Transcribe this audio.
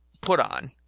put-on